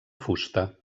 fusta